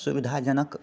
सुविधाजनक